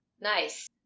nice